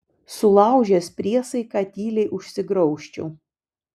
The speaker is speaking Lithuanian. sulaužęs priesaiką tyliai užsigraužčiau